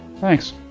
Thanks